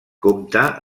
compta